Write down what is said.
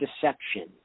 deception